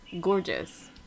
gorgeous